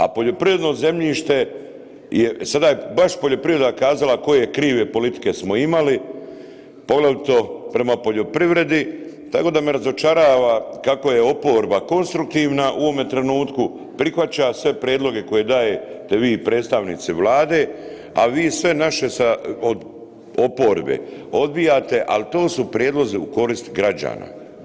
A poljoprivredno zemljište, je, sada je baš poljoprivreda kazala koje krive politike smo imali poglavito prema poljoprivredi tako da me razočarava kako je oporba konstruktivna u ovome trenutku, prihvaća sve prijedloge koje dajete vi predstavnici Vlade, a vi sve naše od oporbe odbijate, ali to su prijedlozi u korist građana.